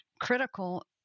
critical